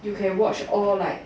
you can watch all like